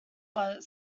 but